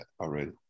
already